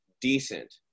decent